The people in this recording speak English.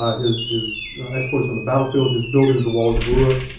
ah his his exploits on the battlefield, his building of the walls of uruk.